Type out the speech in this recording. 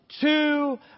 Two